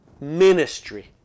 ministry